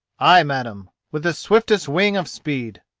ay, madam, with the swiftest wing of speed.